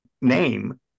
name